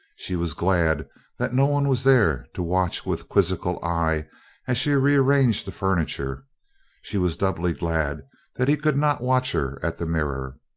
she was glad that no one was there to watch with quizzical eye as she rearranged the furniture she was doubly glad that he could not watch her at the mirror.